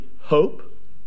hope